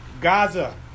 Gaza